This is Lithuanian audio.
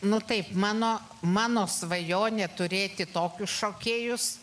nu taip mano mano svajonė turėti tokius šokėjus